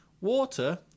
Water